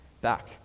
back